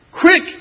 Quick